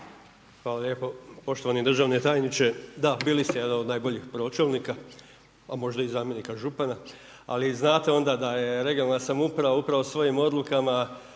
Hvala lijepo, poštovani državni tajniče, da bili ste jedan od najboljih pročelnika, pa možda i zamjenika župana ali onda da je regionalna samouprava upravo svojim odlukama